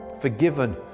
forgiven